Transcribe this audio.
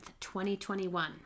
2021